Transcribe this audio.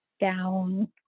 down